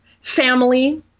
family